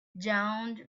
down